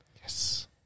Yes